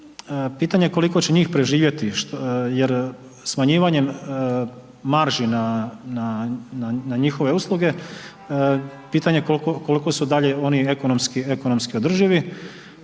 pitanje koliko će njih preživjeti. Jer smanjivanje marži na njihove usluge pitanje koliko su dalje oni ekonomski održivi,